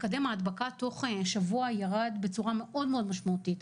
מקדם ההדבקה תוך שבוע ירד בצורה מאוד מאוד משמעותית.